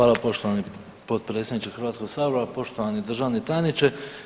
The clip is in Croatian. Hvala poštovani potpredsjedniče Hrvatskog sabora, poštovani državni tajniče.